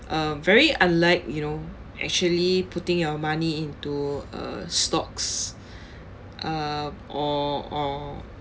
um very unlike you know actually putting your money into uh stocks uh or or